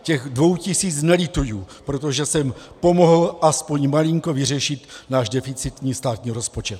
Těch dvou tisíc nelituji, protože jsem pomohl aspoň malinko vyřešit náš deficitní státní rozpočet.